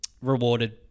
rewarded